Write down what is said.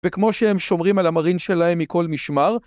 וכמו שהם שומרים על המרין שלהם מכל משמר